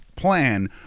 plan